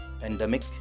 pandemic